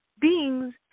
beings